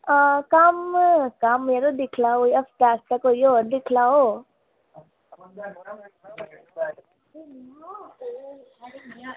कम्म कम्म यरो दिक्खी लैओ हफ्ते आस्तै होर दिक्खी लैओ